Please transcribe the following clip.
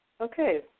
Okay